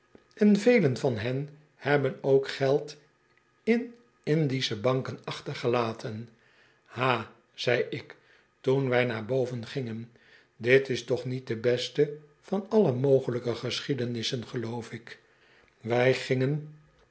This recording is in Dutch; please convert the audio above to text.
en velen van hen hebben ook geld in indische banken achtergelaten hal zei ik toen wij naar bovengingen dit is toch niet de beste van alle mogelijke geschiedenissen geloof ik wij gingen